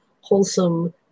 wholesome